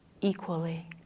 equally